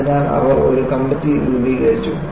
അതിനാൽ അവർ ഒരു കമ്മിറ്റി രൂപീകരിച്ചു